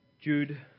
Jude